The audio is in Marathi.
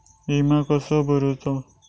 विमा कसो भरूचो?